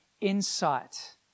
insight